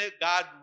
God